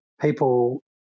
people